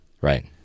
Right